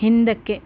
ಹಿಂದಕ್ಕೆ